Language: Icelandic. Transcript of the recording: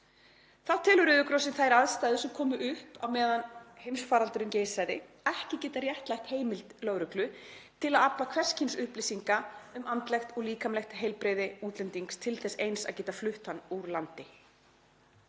Þá telur Rauði krossinn þær aðstæður sem upp komu á meðan heimsfaraldurinn geisaði ekki geta réttlætt heimild lögreglu til að afla hvers kyns upplýsinga um andlegt og líkamlegt heilbrigði útlendings til þess eins að geta flutt hann úr landi.“